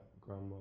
grandma